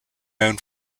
known